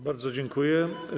Bardzo dziękuję.